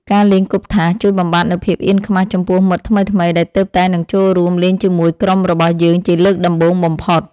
ការលេងគប់ថាសជួយបំបាត់នូវភាពអៀនខ្មាសចំពោះមិត្តថ្មីៗដែលទើបតែនឹងចូលរួមលេងជាមួយក្រុមរបស់យើងជាលើកដំបូងបំផុត។